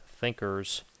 thinkers